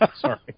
Sorry